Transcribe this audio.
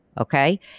Okay